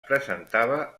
presentava